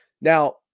Now